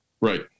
Right